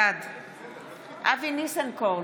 בעד אבי ניסנקורן,